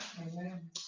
Amen